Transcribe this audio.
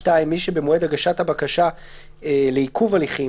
(2)מי שבמועד הגשת הבקשה לעיכוב הליכים,